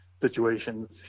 situations